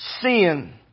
sin